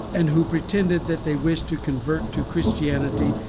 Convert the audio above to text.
and who pretended that they wished to convert to christianity,